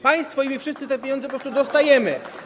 Państwo i my wszyscy te pieniądze po prostu dostajemy.